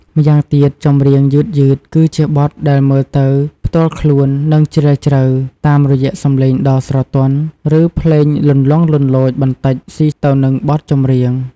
ម្យ៉ាងទៀតចម្រៀងយឺតៗគឺជាបទដែលមើលទៅផ្ទាល់ខ្លួន និងជ្រាវជ្រៅ តាមរយៈសំឡេងដ៏ស្រទន់ ឬភ្លេងលន្លង់លន្លោចបន្តិចសុីទៅនឹងបទចម្រៀង។